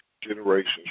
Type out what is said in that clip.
Generations